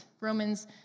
Romans